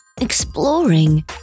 exploring